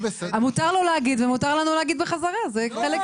מותר לו להגיד, הוא עוסק בזה.